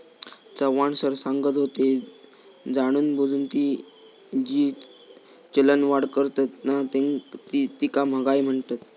Chavan sir सांगत होते, जाणूनबुजून जी चलनवाढ करतत ना तीका महागाई म्हणतत